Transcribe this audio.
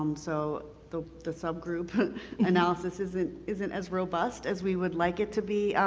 um so the the subgroup analysis isn't isn't as robust as we would like it to be.